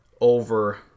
over